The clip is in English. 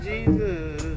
Jesus